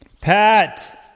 Pat